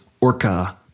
orca